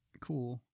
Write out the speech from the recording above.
cool